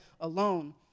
alone